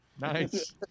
Nice